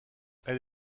elle